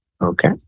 Okay